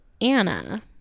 anna